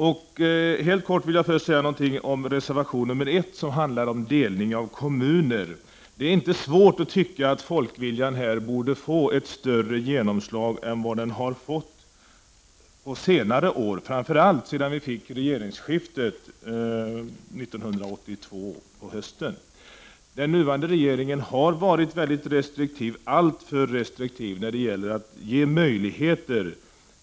Jag vill först säga någonting helt kort om reservation nr 1, som handlar om delning av kommuner. Det är inte svårt att tycka att folkviljan här borde få ett större genomslag än den har fått på senare år, framför allt sedan vi fick regeringsskiftet 1982 på hösten. Den nuvarande regeringen har varit mycket restriktiv, alltför restriktiv, när det gäller att ge möjligheter